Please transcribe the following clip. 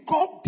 God